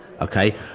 okay